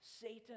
Satan